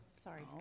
sorry